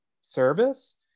service